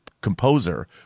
composer